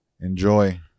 enjoy